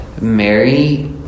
Mary